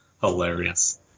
Hilarious